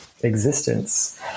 existence